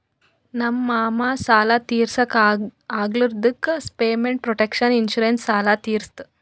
ನಮ್ ಮಾಮಾ ಸಾಲ ತಿರ್ಸ್ಲಕ್ ಆಗ್ಲಾರ್ದುಕ್ ಪೇಮೆಂಟ್ ಪ್ರೊಟೆಕ್ಷನ್ ಇನ್ಸೂರೆನ್ಸ್ ಸಾಲ ತಿರ್ಸುತ್